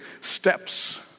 steps